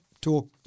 talk